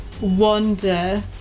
wander